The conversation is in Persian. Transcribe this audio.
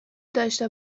داشته